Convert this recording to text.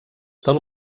del